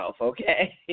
okay